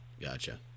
Gotcha